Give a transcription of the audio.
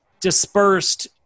dispersed